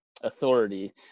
authority